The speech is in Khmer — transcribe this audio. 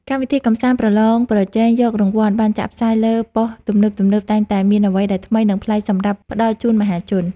កម្មវិធីកម្សាន្តប្រឡងប្រជែងយករង្វាន់ដែលចាក់ផ្សាយលើប៉ុស្តិ៍ទំនើបៗតែងតែមានអ្វីដែលថ្មី និងប្លែកសម្រាប់ផ្តល់ជូនមហាជន។